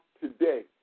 today